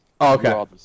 okay